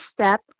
step